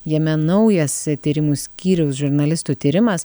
jame naujas tyrimų skyriaus žurnalistų tyrimas